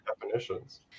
definitions